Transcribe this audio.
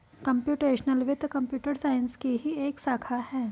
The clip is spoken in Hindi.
कंप्युटेशनल वित्त कंप्यूटर साइंस की ही एक शाखा है